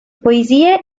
poesie